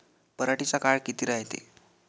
पराटीचा काळ किती रायते?